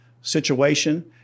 situation